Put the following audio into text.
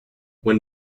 when